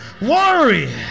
worry